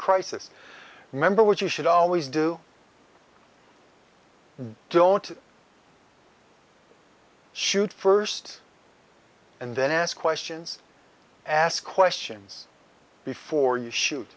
crisis remember what you should always do don't shoot first and then ask questions and ask questions before you shoot